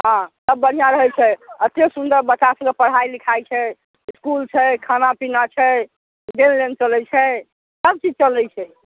हाँ सभ बढ़िआँ रहै छै अते सुन्दर बच्चा सभके पढ़ाइ लिखाइ छै इसकुल छै खाना पीना छै देनलेन चलै छै सभचीज चलै छै